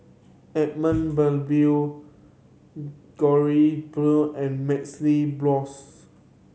Edmund Blundell and MaxLe Blox